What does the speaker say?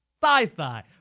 thigh-thigh